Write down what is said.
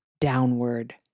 downward